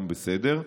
גם בסדר.